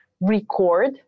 record